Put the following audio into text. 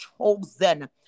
chosen